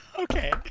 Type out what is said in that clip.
Okay